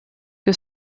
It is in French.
que